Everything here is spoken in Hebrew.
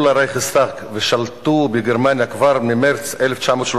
לרייכסטג ושלטו בגרמניה כבר ממרס 1933"